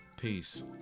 Peace